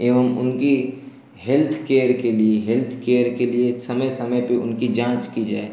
एवं उनकी health care के लिए हेल्थ केयर के लिए समय समय पर उनकी जाँच की जाए